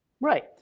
Right